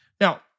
Now